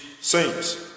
saints